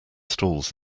stalls